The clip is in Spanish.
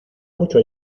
mucho